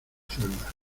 celda